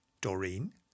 Doreen